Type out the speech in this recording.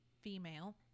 female